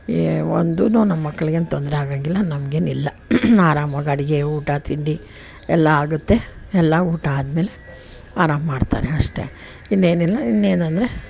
A ಒಂದು ನಮ್ಮ ಮಕ್ಳಿಗೇನ್ ತೊಂದ್ರೆಯಾಗೋಂಗಿಲ್ಲ ನಮಗೇನಿಲ್ಲ ಆರಾಮ್ವಾಗಿ ಅಡುಗೆ ಊಟ ತಿಂಡಿ ಎಲ್ಲ ಆಗುತ್ತೆ ಎಲ್ಲ ಊಟ ಆದಮೇಲೆ ಆರಾಮ ಮಾಡ್ತಾರೆ ಅಷ್ಟೇ ಇನ್ನೇನಿಲ್ಲ ಇನ್ನೇನಂದರೆ